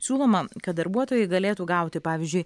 siūloma kad darbuotojai galėtų gauti pavyzdžiui